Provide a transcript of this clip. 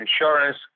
insurance